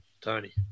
Tony